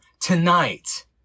tonight